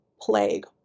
plague